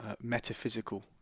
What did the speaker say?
metaphysical